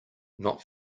not